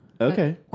Okay